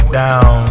down